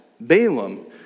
Balaam